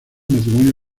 matrimonio